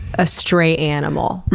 a stray animal,